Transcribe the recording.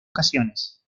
ocasiones